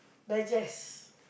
digest